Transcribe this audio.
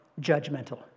judgmental